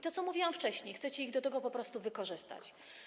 To, co mówiłam wcześniej: chcecie ich do tego po prostu wykorzystać.